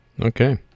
Okay